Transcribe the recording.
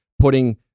putting